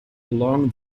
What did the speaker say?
along